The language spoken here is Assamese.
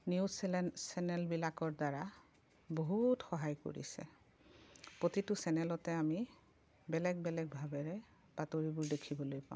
নিউজ চেনেল চেনেল বিলাকৰ দ্বাৰা বহুত সহায় কৰিছে প্ৰতিটো চেনেলতে আমি বেলেগ বেলেগ ভাৱেৰে বাতৰিবোৰ দেখিবলৈ পাওঁঁ